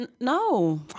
No